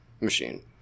machine